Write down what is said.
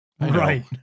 Right